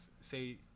Say